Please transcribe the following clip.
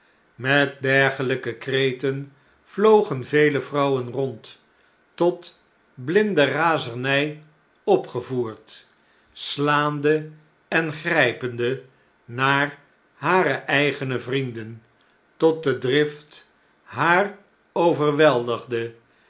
met dergelijke kreten vlogen vele vrouwen rond tot blinde razerny opgevoerd slaande en grijpende naar hare eigene vrienden tot de drift haar overweldigde